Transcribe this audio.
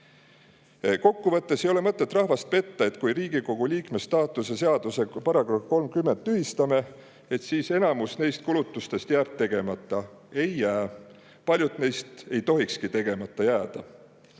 Kokku võttes ei ole mõtet rahvast petta, et kui Riigikogu liikme staatuse seaduse § 30 tühistame, siis enamik neist kulutustest jääb tegemata. Ei jää. Paljud neist ei tohikski tegemata jääda.